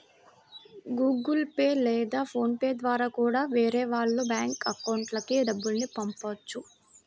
Google Pay లేదా PhonePe ద్వారా కూడా వేరే వాళ్ళ బ్యేంకు అకౌంట్లకి డబ్బుల్ని పంపొచ్చు